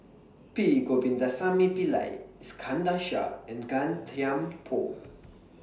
P Govindasamy Pillai Iskandar Shah and Gan Thiam Poh